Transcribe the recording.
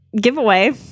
Giveaway